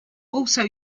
also